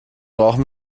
brauchen